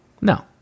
no